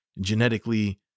genetically